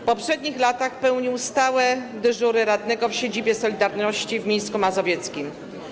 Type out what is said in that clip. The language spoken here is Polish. W poprzednich latach pełnił stałe dyżury radnego w siedzibie „Solidarności” w Mińsku Mazowieckim.